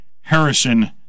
Harrison